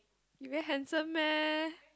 he very handsome meh